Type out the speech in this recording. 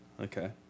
Okay